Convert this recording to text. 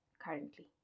currently